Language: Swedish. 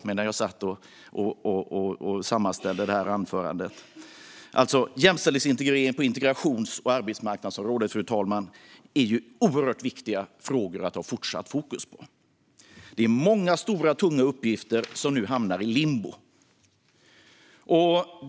Detta lyfter också Annika Hirvonen Falk fram med anledning av rapporten från Riksrevisionen, som även jag fick i min brevlåda i dag medan jag satt och sammanställde det här anförandet. Det är många stora och tunga uppgifter som nu hamnar i limbo.